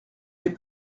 l’ai